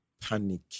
panic